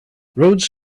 roads